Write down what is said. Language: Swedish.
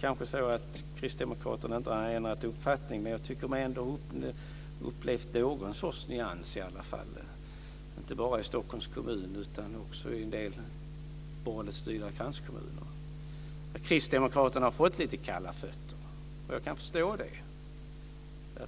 kan jag säga att Kristdemokraterna kanske inte har ändrat uppfattning men jag har nog ändå upplevt någon sorts nyans - inte bara i Stockholms kommun utan också i en del borgerligt styrda kranskommuner. Kristdemokraterna har fått lite kalla fötter, och jag kan förstå det.